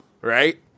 right